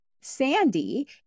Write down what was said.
Sandy